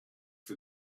for